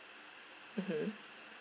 mmhmm